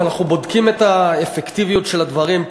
אנחנו בודקים את האפקטיביות של הדברים.